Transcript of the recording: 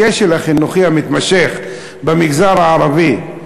הכשל החינוכי המתמשך במגזר הערבי,